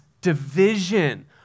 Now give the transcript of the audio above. division